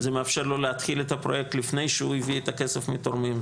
זה מאפשר לו להתחיל את הפרוייקט לפני שהוא הביא את הכסף מתורמים.